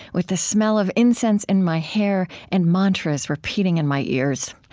with the smell of incense in my hair and mantras repeating in my ears.